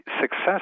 success